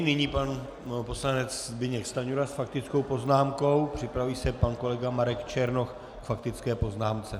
Nyní pan poslanec Zbyněk Stanjura s faktickou poznámkou, připraví se pan kolega Marek Černoch k faktické poznámce.